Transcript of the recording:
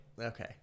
okay